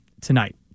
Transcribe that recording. tonight